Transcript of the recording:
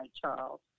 Charles